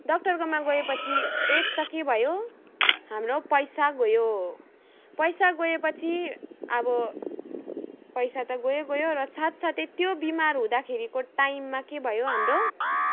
डक्टरकोमा गएपछि एक त के भयो हाम्रो पैसा गयो पैसा गएपछि अब पैसा त गयो गयो र साथ साथै त्यो बिमार हुँदाखेरिको टाइममा के भयो हाम्रो